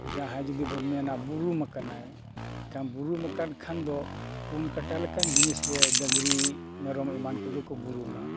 ᱡᱟᱦᱟᱸᱭ ᱡᱩᱫᱤ ᱵᱚᱱ ᱢᱮᱱᱟ ᱵᱩᱨᱩᱢ ᱟᱠᱟᱱᱟᱭ ᱮᱱᱠᱷᱟᱱ ᱵᱩᱨᱩᱢ ᱟᱠᱟᱱ ᱠᱷᱟᱱ ᱫᱚ ᱯᱩᱱ ᱠᱟᱴᱟ ᱞᱮᱠᱟᱱ ᱡᱤᱱᱤᱥ ᱜᱮ ᱰᱟᱹᱝᱨᱤ ᱢᱮᱨᱚᱢ ᱮᱢᱟᱱ ᱠᱚᱜᱮ ᱠᱚ ᱵᱩᱨᱩᱢᱟ